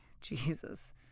Jesus